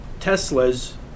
Tesla's